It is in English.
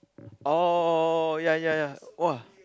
orh ya ya ya !wah!